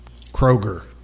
Kroger